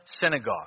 synagogue